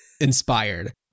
inspired